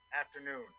afternoon